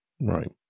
Right